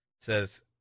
says